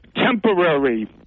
temporary